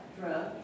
drug